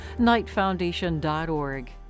KnightFoundation.org